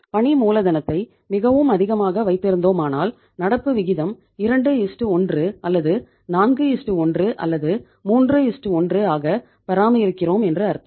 பணி மூலதனத்தை மிகவும் அதிகமாக வைத்திருந்தோம் ஆனால் நடப்பு விகிதம் 21 அல்லது 41 அல்லது 31 ஆக பராமரிக்கிறோம் என்று அர்த்தம்